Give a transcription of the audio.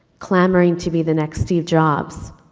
clamoring to be the next steve jobs,